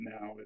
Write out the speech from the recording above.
now